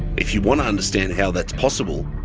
if you want to understand how that's possible,